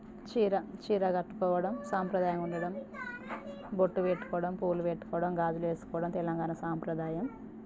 చీర చీర కట్టుకోవడం సాంప్రదాయం ఉండడం బొట్టు పెట్టుకోవడం పూలు పెట్టుకోవడం గాజులు వేసుకోవడం తెలంగాణ సాంప్రదాయం